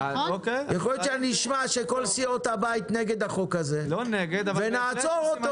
יכול להיות שאשמע שכל סיעות הבית נגד החוק הזה ונעצור אותו.